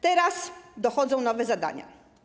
Teraz dochodzą nowe zadania.